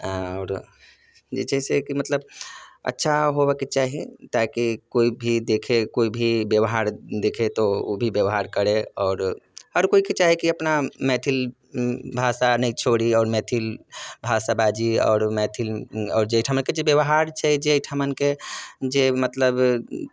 ए आओर जे छै से कि मतलब अच्छा होबक चाही ताकि कोइ भी देखे कोइ भी व्यवहार देखै तऽ ओ ओ भी व्यवहार करै आओर हर कोइके चाही कि अपना मैथिल भाषा नहि छोड़ी आओर मैथिल भाषा बाजी आओर मैथिल आओर जाहिठामक जे व्यवहार छै जे अहिठामनके जे मतलब